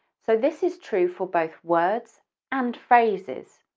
so this is true for both words and phrases.